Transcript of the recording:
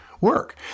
work